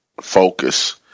focus